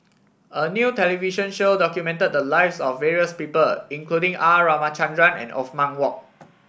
a new television show documented the lives of various people including R Ramachandran and Othman Wok